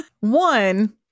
One